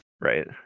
Right